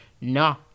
no